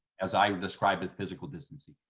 as i would describe it, physical distancing,